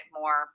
more